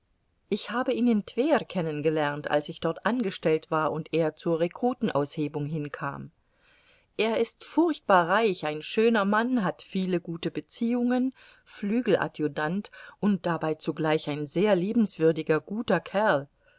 ich habe ihn in twer kennengelernt als ich dort angestellt war und er zur rekrutenaushebung hinkam er ist furchtbar reich ein schöner mann hat viele gute beziehungen flügeladjutant und dabei zugleich ein sehr liebenswürdiger guter kerl